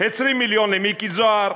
20 מיליון למיקי זוהר,